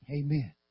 Amen